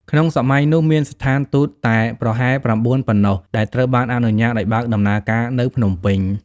ក្នុងសម័យនោះ មានស្ថានទូតតែប្រហែល ៩ ប៉ុណ្ណោះដែលត្រូវបានអនុញ្ញាតឱ្យបើកដំណើរការនៅភ្នំពេញ។